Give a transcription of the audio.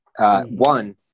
One